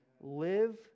Live